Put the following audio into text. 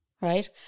right